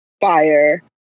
fire